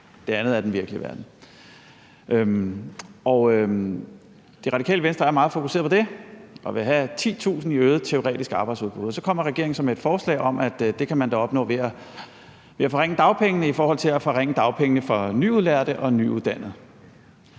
det andet er den virkelige verden. Radikale Venstre er meget fokuseret på det og vil have 10.000 i øget teoretisk arbejdsudbud. Så kommer regeringen med et forslag om, at man da kan opnå det ved at forringe dagpengene, altså forringe dagpengene for nyudlærte og nyuddannede.